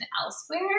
elsewhere